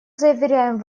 заверяем